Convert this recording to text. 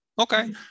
Okay